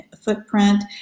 footprint